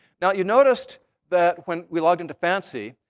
now, you noticed that when we logged in to fancy,